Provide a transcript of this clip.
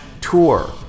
tour